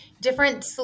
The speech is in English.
different